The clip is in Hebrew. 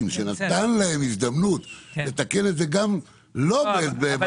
שנתן להם הזדמנות לתקן את זה לא בחוק.